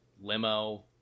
limo